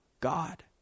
God